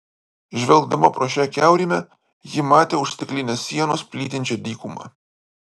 žvelgdama pro šią kiaurymę ji matė už stiklinės sienos plytinčią dykumą